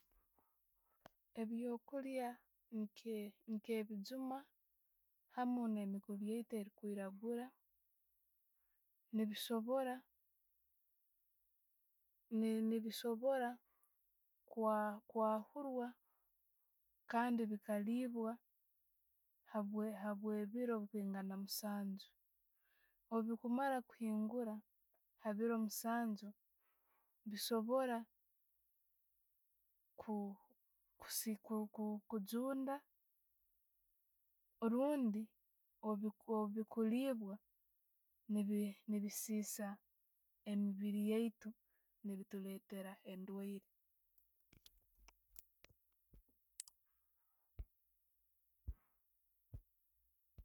Ebyokulya nke ebijuuma, hamu nemikuubi yaitu erikwiraguura, nebisobora ne- nebisoora kwahurwa kandi bikaliibwa habwebiiro ebikwingaana musanju. Obwokumara kuhingura ha'biiro musanju, bisoobora ku- kusi kujunda rundi obikuliibwa nebisiisa emiibiiri yaitu, nebituletera endwaire.